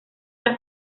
las